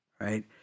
right